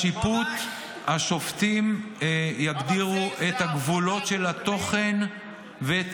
השופטים יגדירו את הגבולות של התוכן ואת